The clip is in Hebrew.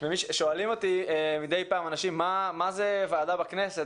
מדי פעם שואלים אותי אנשים מה זאת ועדה בכנסת,